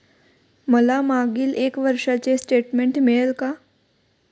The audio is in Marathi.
मला मागील एक वर्षाचे स्टेटमेंट मिळेल का?